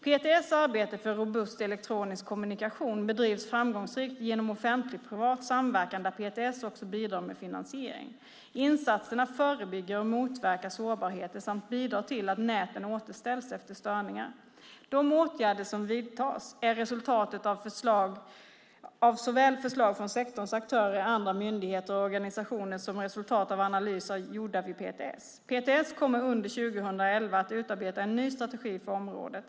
PTS arbete för robust elektronisk kommunikation bedrivs framgångsrikt genom offentlig-privat samverkan där PTS också bidrar med finansiering. Insatserna förebygger och motverkar sårbarheter samt bidrar till att näten återställs efter störningar. De åtgärder som vidtas är resultatet av såväl förslag från sektorns aktörer, andra myndigheter och organisationer som resultat av analyser gjorda vid PTS. PTS kommer under 2011 att utarbeta en ny strategi för området.